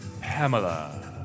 Pamela